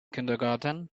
kindergarten